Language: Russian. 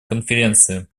конференции